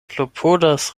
klopodas